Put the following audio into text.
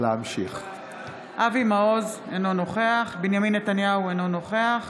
בעד אבי מעוז, אינו נוכח בנימין נתניהו, אינו נוכח